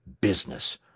Business